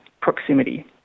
proximity